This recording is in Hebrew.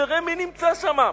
תראה מי נמצא שם.